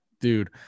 Dude